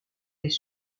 les